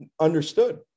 understood